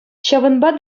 ҫавӑнпа